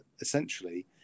essentially